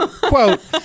quote